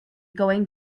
going